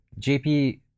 JP